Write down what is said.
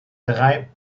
drei